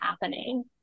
happening